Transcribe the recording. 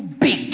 big